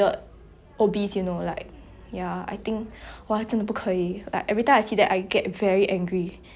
I mean personally I'm not I'm not obese but it's just that I feel like they are promoting something very unhealthy you know